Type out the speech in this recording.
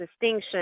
distinction